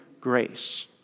grace